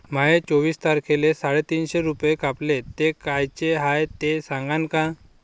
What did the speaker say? माये चोवीस तारखेले साडेतीनशे रूपे कापले, ते कायचे हाय ते सांगान का?